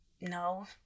no